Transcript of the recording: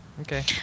Okay